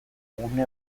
gune